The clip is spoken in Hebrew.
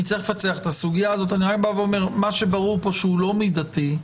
ברור שלא מידתי,